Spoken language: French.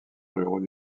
ruraux